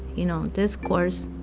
you know, discourse,